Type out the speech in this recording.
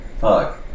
Fuck